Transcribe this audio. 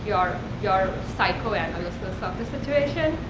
your your psychoanalysis of the situation.